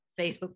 facebook